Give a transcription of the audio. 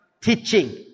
teaching